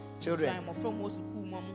children